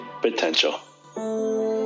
potential